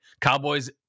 Cowboys